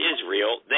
Israel